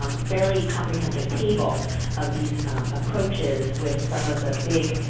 um fairly comprehensive table of these approaches with some of the big,